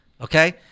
Okay